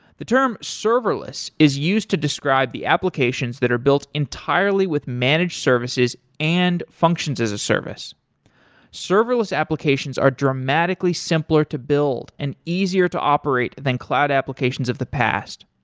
the term serverless is used to describe the applications that are built entirely with managed services and functions as a service serverless applications are dramatically simpler to build and easier to operate than cloud applications of the past.